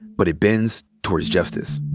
but it bends towards justice.